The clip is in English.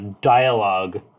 dialogue